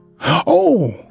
Oh